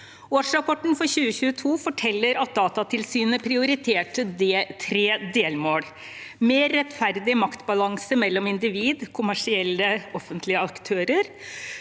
Årsrapporten for 2022 forteller at Datatilsynet prioriterte tre delmål: – mer rettferdig maktbalanse mellom individ og kommersielle/offentlige aktører